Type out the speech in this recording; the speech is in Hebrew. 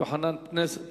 חבר הכנסת יוחנן פלסנר.